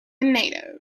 native